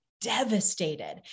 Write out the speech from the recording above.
devastated